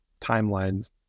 timelines